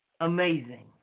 amazing